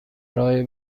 برای